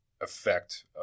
effect